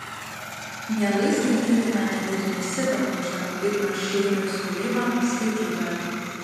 mielai skaitytina net ir nesidominčio igno šeiniaus kūryba skaitytojo